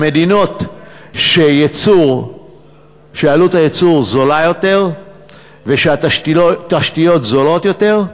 למדינות שבהן עלות הייצור זולה יותר והתשתיות זולות יותר וכו'.